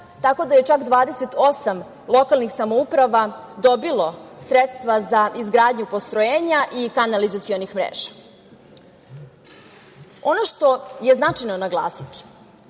tako da je, čak 28 lokalnih samouprava dobilo sredstva za izgradnju postrojenja i kanalizacionih mreža. Ono što je značajno naglasiti,